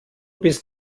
bist